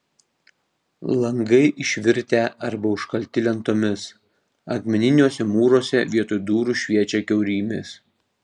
langai išvirtę arba užkalti lentomis akmeniniuose mūruose vietoj durų šviečia kiaurymės